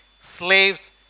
slaves